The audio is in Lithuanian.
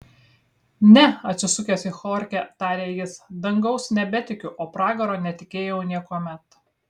ne atsisukęs į chorchę tarė jis dangaus nebetikiu o pragaro netikėjau niekuomet